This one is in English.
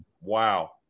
Wow